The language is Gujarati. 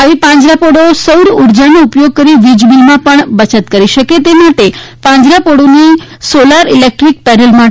આવી પાંજરાપીળો સૌરઊર્જાનો ઉપયોગ કરી વીજ બિલમાં પણ બયત કરી શકે તે માટે પાંજરાપોળોને સોલાર ઇલેકટ્રીક પેનલ માટે